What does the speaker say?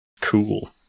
Cool